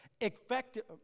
Effective